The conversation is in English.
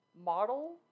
model